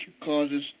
causes